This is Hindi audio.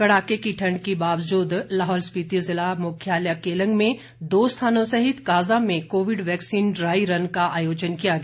कड़ाके की ठण्ड के बावजूद लाहौल स्पीति ज़िला मुख्यालय केलंग में दो स्थानों सहित काज़ा में कोविड वैक्सीन ड्राई रन का आयोजन किया गया